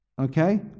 Okay